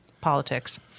politics